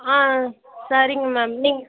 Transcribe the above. ஆ சரிங்க மேம்